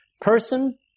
Person